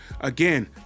again